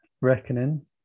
Reckoning